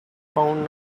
found